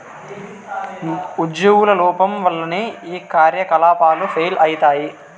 ఉజ్యోగుల లోపం వల్లనే ఈ కార్యకలాపాలు ఫెయిల్ అయితయి